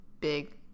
big